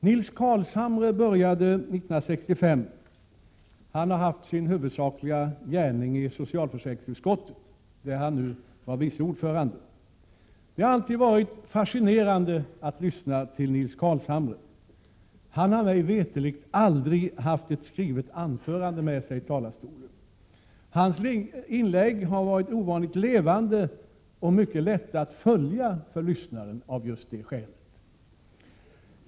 Nils Carlshamre började 1965. Han har haft sin huvudsakliga gärning i socialförsäkringsutskottet, där han nu är vice ordförande. Det har alltid varit fascinerande att lyssna till Nils Carlshamre. Han har mig veterligt aldrig haft ett skrivet anförande med sig i talarstolen. Hans inlägg har varit ovanligt levande och mycket lätta att följa för lyssnaren av det skälet.